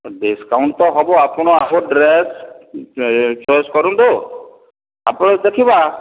discount ତ ହେବ ଆପଣ ଆଗ ଡ୍ରେସ ଚଏସ କରନ୍ତୁ ତା ପରେ ଦେଖିବା